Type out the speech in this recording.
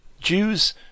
Jews